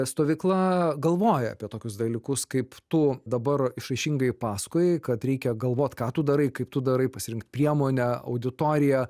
stovykla galvoja apie tokius dalykus kaip tu dabar išraiškingai pasakoji kad reikia galvot ką tu darai kaip tu darai pasirinkt priemonę auditoriją